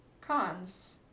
cons